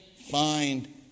find